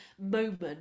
moment